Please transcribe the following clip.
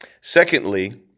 Secondly